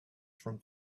from